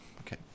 Okay